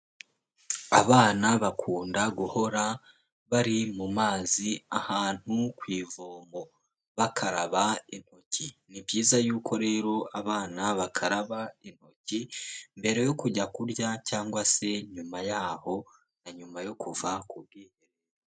Abana bakunda guhora bari mu mazi ahantu ku ivomo, bakaraba intoki. Ni byiza yuko rero abana bakaraba intoki, mbere yo kujya kurya, cyangwa se nyuma yaho, na nyuma yo kuva ku bwiherero.